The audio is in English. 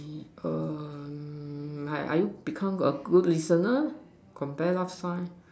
um are you become a good listener compare last time